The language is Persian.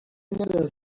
نداره